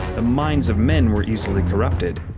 the minds of men were easily corrupted,